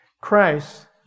Christ